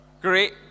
Great